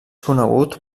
conegut